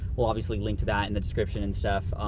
we'll obviously link to that in the description and stuff.